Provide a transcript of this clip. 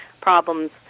problems